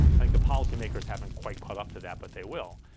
i think the policymakers haven't quite caught up to that, but they will.